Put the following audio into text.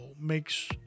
makes